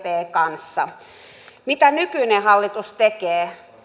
kanssa mitä nykyinen hallitus tekee